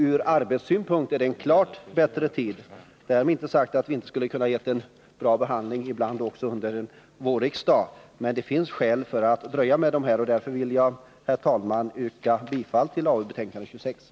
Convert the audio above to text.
Från arbetssynpunkt är det en klart bättre tid. Därmed inte sagt att vi inte också kan ge ärendena en bra behandling under en vårsession. Men det finns skäl att dröja med just dessa frågor, och därför vill jag, herr talman, yrka bifall till utskottets hemställan.